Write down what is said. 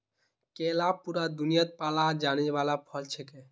केला पूरा दुन्यात पाल जाने वाला फल छिके